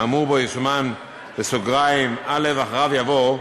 האמור בו יסומן '(א)' ואחריו יבוא: